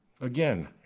Again